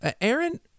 Aaron